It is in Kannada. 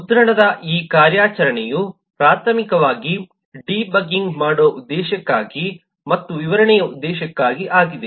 ಮುದ್ರಣದ ಈ ಕಾರ್ಯಾಚರಣೆಯು ಪ್ರಾಥಮಿಕವಾಗಿ ಡಿಬಗ್ಗಿಂಗ್ ಮಾಡುವ ಉದ್ದೇಶಕ್ಕಾಗಿ ಮತ್ತು ವಿವರಣೆಯ ಉದ್ದೇಶಕ್ಕಾಗಿ ಆಗಿದೆ